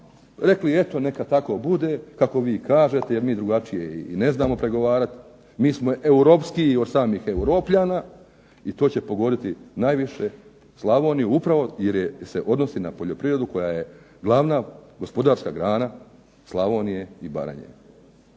rekli eto neka tako bude kako vi kažete jer mi drugačije i ne znamo pregovarati, mi smo europskiji od samih Europljana i to će pogoditi najviše Slavoniju upravo jer se odnosi na poljoprivredu koja je glavna gospodarska grana Slavonije i Baranje.